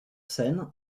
scène